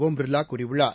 ஒம் பிர்லா கூறியுள்ளார்